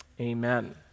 amen